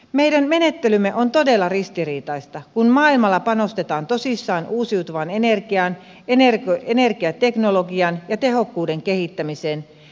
meidän menettelymme on todella ristiriitaista kun maailmalla panostetaan tosissaan uusiutuvaan energiaan energiateknologian ja tehokkuuden kehittämiseen